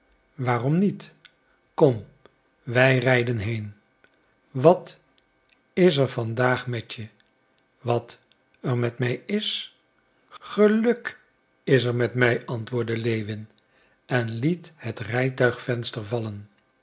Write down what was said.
waarom niet kom wij rijden heen wat is er van daag met je wat er met mij is geluk is er met mij antwoordde lewin en liet het rijtuigvenster vallen